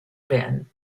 been